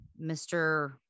Mr